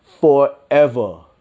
Forever